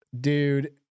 Dude